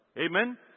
Amen